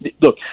look